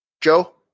Joe